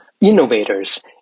innovators